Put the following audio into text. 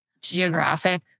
geographic